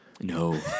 no